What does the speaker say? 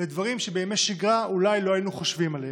לדברים שבימי שגרה אולי לא היינו חושבים עליהם.